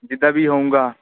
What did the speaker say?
ਜਿੱਦਾਂ ਵੀ ਹੋਊਂਗਾ